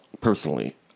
Personally